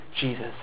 Jesus